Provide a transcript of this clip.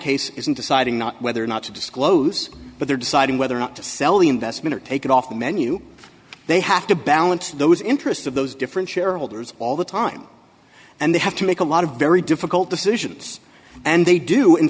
case is in deciding not whether or not to disclose but they're deciding whether or not to sell the investment or take it off the menu they have to balance those interests of those different shareholders all the time and they have to make a lot of very difficult decisions and they do in